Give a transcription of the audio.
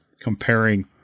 comparing